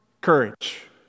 Courage